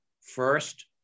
first